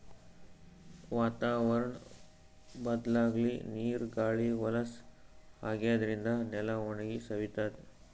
ವಾತಾವರ್ಣ್ ಬದ್ಲಾಗಿ ನೀರ್ ಗಾಳಿ ಹೊಲಸ್ ಆಗಾದ್ರಿನ್ದ ನೆಲ ಒಣಗಿ ಸವಿತದ್